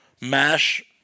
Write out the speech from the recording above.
mash